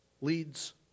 leads